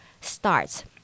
starts